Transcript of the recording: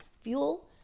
fuel